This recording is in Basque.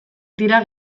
dira